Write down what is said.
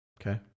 Okay